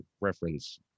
reference